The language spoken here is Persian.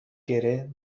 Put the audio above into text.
گـره